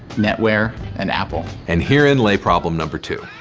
netware, and apple. and here inlay problem number two.